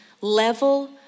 level